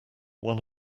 one